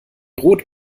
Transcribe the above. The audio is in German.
rot